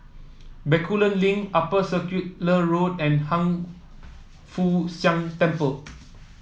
Bencoolen Link Upper Circular Road and Hiang Foo Siang Temple